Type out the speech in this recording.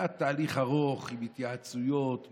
היה תהליך ארוך עם התייעצויות בחווה,